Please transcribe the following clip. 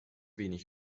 wenig